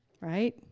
right